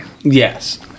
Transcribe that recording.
Yes